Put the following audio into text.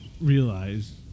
realize